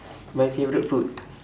my favourite food